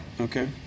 Okay